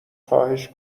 خواهش